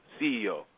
CEO